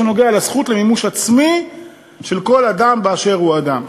שנוגע לזכות למימוש עצמי של כל אדם באשר הוא אדם.